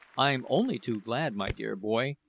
i'm only too glad, my dear boy,